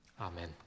Amen